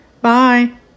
Bye